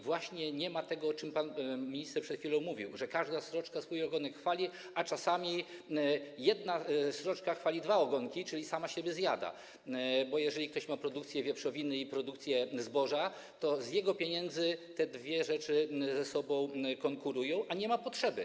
Właśnie nie ma tego, o czym pan minister mówił, że każda sroczka swój ogonek chwali, a czasami jedna sroczka chwali dwa ogonki, czyli sama siebie zjada, bo jeżeli ktoś prowadzi produkcję wieprzowiny i produkcję zboża, to z jego pieniędzy te dwie produkcje ze sobą konkurują, a nie ma takiej potrzeby.